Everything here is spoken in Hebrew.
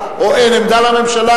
ותועבר לוועדת העבודה,